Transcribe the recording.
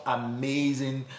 amazing